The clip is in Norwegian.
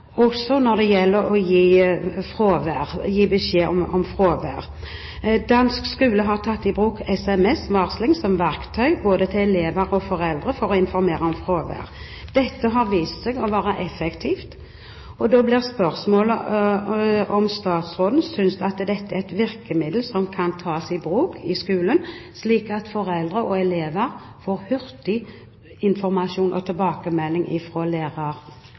også når det gjelder å gi beskjed om fravær. Dansk skole har tatt i bruk sms-varsling som verktøy, både til elever og foreldre, for å informere om fravær. Dette har vist seg å være effektivt, og da blir spørsmålet: Synes statsråden at dette er et virkemiddel som kan tas i bruk i skolen, slik at foreldre får hurtig informasjon og tilbakemelding